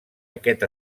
aquest